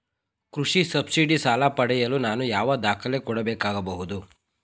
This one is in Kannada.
ಕೃಷಿ ಸಬ್ಸಿಡಿ ಸಾಲ ಪಡೆಯಲು ನಾನು ಯಾವ ದಾಖಲೆ ಕೊಡಬೇಕಾಗಬಹುದು?